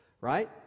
right